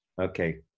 okay